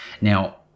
Now